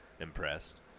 impressed